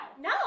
No